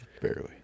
Barely